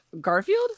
Garfield